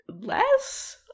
less